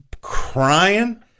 crying